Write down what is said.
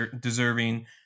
deserving